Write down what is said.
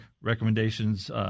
recommendations